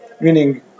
Meaning